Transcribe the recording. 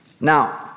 Now